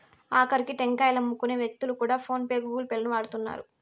ఆకరికి టెంకాయలమ్ముకునే వ్యక్తులు కూడా ఫోన్ పే గూగుల్ పే లను వాడుతున్నారు